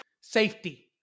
Safety